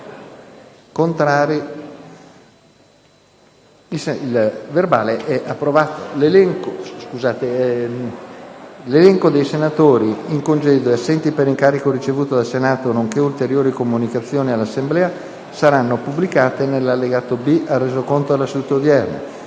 nuova finestra"). L'elenco dei senatori in congedo e assenti per incarico ricevuto dal Senato, nonché ulteriori comunicazioni all'Assemblea saranno pubblicati nell'allegato B al Resoconto della seduta odierna.